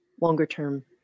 longer-term